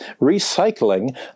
recycling